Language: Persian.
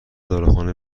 داروخانه